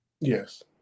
Yes